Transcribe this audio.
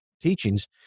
teachings